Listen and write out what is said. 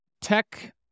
Tech